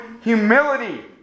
humility